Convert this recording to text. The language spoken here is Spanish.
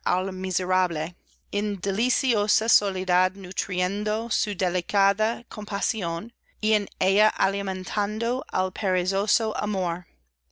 soledad nutriendo su delicada compasión y en ella alimentando